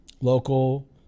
local